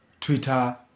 Twitter